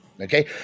okay